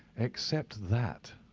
except that!